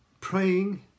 praying